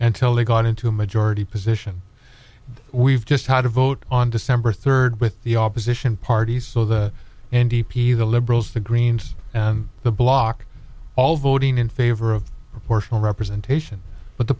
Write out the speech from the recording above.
until they got into majority position we've just had a vote on december third with the opposition party so the n d p the liberals the greens and the block all voting in favor of proportional representation but the